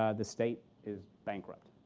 ah the state is bankrupt.